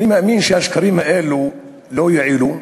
אני מאמין שהשקרים האלה לא יועילו,